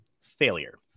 failure